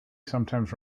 sometimes